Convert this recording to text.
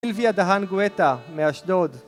סילביה דהאן גואטה, מאשדוד